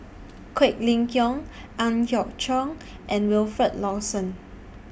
Quek Ling Kiong Ang Hiong Chiok and Wilfed Lawson